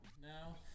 now